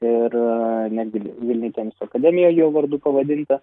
ir netgi vilniuj teniso akademija jo vardu pavadinta